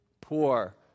poor